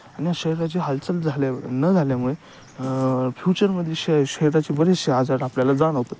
आणि या शहराची हालचाल झाल्या न झाल्यामुळे फ्युचरमध्ये शे शहराचे बरेचसे आजार आपल्याला जाणवतात